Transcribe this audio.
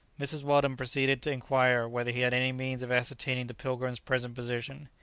mrs. weldon proceeded to inquire whether he had any means of ascertaining the pilgrim's present position.